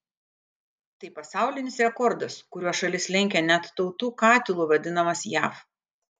tai pasaulinis rekordas kuriuo šalis lenkia net tautų katilu vadinamas jav